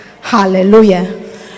Hallelujah